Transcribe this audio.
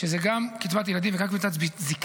שזאת גם קצבת ילדים וגם קצבת זקנה,